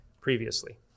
previously